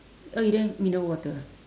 oh you don't have mineral water